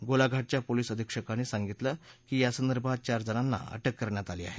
गोलाघाटच्या police अधीक्षकांनी सांगितलं की यासंदर्भात चार जणांना अटक करण्यात आलं आहे